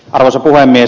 arvoisa puhemies